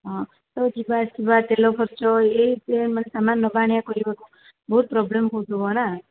ହଁ ତ ଯିବା ଆସିବା ତେଲ ଖର୍ଚ୍ଚ ଏଇ ସେ ମାନେ ସାମାନ୍ ନେବା ଆଣିବା କରିବାକୁ ବହୁତ ପ୍ରୋବ୍ଲମ୍ ହେଉଥିବ ନା